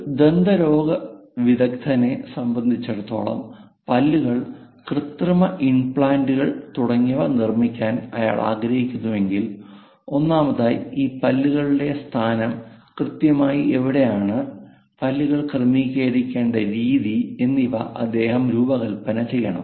ഒരു ദന്തരോഗവിദഗ്ദ്ധനെ സംബന്ധിച്ചിടത്തോളം പല്ലുകൾ കൃത്രിമ ഇംപ്ലാന്റുകൾ തുടങ്ങിയവ നിർമ്മിക്കാൻ അയാൾ ആഗ്രഹിക്കുന്നുവെങ്കിൽ ഒന്നാമതായി ഈ പല്ലുകളുടെ സ്ഥാനം കൃത്യമായി എവിടെയാണ് പല്ലുകൾ ക്രമീകരിക്കേണ്ട രീതി എന്നിവ അദ്ദേഹം രൂപകൽപ്പന ചെയ്യണം